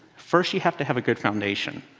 first you have to have a good foundation.